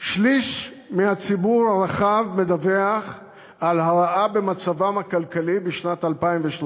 שליש מהציבור הרחב מדווח על הרעה במצבו הכלכלי בשנת 2013